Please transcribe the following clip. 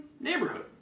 neighborhood